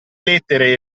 lettere